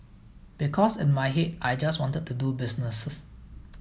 because in my head I just wanted to do business